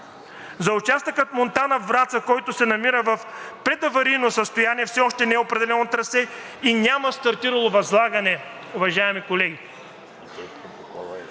За участъка Монтана – Враца, който се намира в предаварийно състояние, все още не е определено трасе и няма стартирало възлагане, уважаеми колеги.